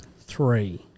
Three